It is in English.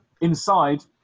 Inside